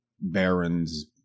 Baron's